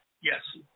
Yes